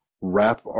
wrap